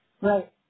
Right